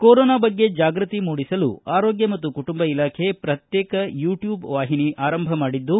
corona ಬಗ್ಗೆ ಜಾಗೃತಿ ಮೂಡಿಸಲು ಆರೋಗ್ಯ ಮತ್ತು ಕುಟುಂಬ ಇಲಾಖೆ ಪ್ರತ್ಯೇಕ ಯೂಟ್ಯೂಬ್ ವಾಹಿನಿ ಆರಂಭ ಮಾಡಿದ್ದು